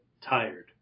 tired